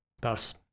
Thus